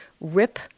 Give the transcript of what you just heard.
rip